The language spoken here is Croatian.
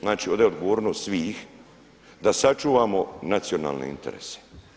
Znači ovdje je odgovornost svih da sačuvamo nacionalne interese.